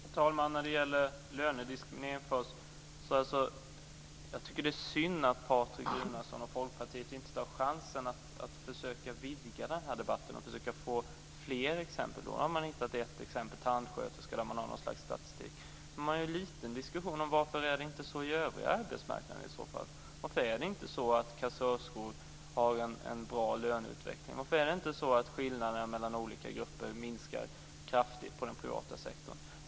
Herr talman! När det först gäller lönediskriminering tycker jag att det är synd att Runar Patriksson och Folkpartiet inte tar chansen att försöka vidga debatten och ge fler exempel. Man har hittat ett exempel med tandsköterskor där man har statistik, men man för nästan ingen diskussion om varför det inte är så på övriga arbetsmarknaden. Varför har inte kassörskor en bra löneutveckling? Varför minskar inte skillnaderna kraftigt mellan olika grupper i den privata sektorn?